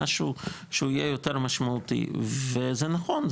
משהו שהוא יהיה יותר משמעותי וזה נכון,